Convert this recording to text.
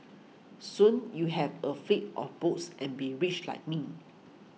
soon you have a fleet of boats and be rich like me